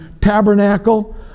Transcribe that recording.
Tabernacle